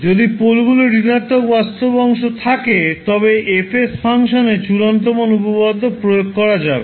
যদি পোলগুলির ঋণাত্মক বাস্তব অংশ থাকে তবে 𝐹 𝑠 ফাংশনে চূড়ান্ত মান উপপাদ্য প্রয়োগ করা যাবে